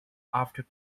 after